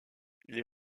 les